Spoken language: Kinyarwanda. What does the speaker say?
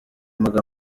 magambo